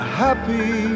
happy